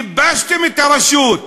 ייבשתם את הרשות.